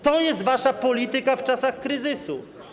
To jest wasza polityka w czasach kryzysu.